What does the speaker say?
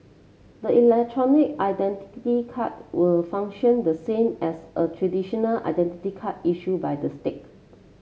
the electronic identity card will function the same as a traditional identity card issued by the state